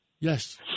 Yes